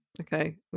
Okay